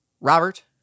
Robert